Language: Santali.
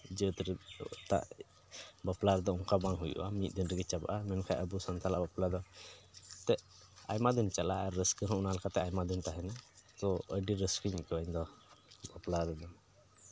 ᱡᱟᱹᱛ ᱨᱮᱱ ᱫᱚ ᱮᱴᱟᱜ ᱵᱟᱯᱞᱟ ᱨᱮᱫᱚ ᱚᱱᱠᱟ ᱵᱟᱝ ᱦᱩᱭᱩᱜᱼᱟ ᱢᱤᱫ ᱫᱤᱱ ᱨᱮᱜᱮ ᱪᱟᱵᱟᱜᱼᱟ ᱢᱮᱱᱠᱷᱟᱱ ᱟᱵᱚ ᱥᱟᱱᱛᱟᱲᱟᱜ ᱵᱟᱯᱞᱟ ᱫᱚ ᱮᱱᱛᱮᱫ ᱟᱭᱢᱟ ᱫᱤᱱ ᱪᱟᱞᱟᱜᱼᱟ ᱨᱟᱹᱥᱠᱟᱹ ᱦᱚᱸ ᱚᱱᱟ ᱞᱮᱠᱟᱛᱮ ᱟᱭᱢᱟ ᱫᱤᱱ ᱛᱟᱦᱮᱱᱟ ᱛᱳ ᱟᱹᱰᱤ ᱨᱟᱹᱥᱠᱟᱹᱧ ᱟᱹᱭᱠᱟᱹᱣᱟ ᱤᱧᱫᱚ ᱵᱟᱯᱞᱟ ᱨᱮᱫᱚ